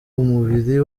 umubiri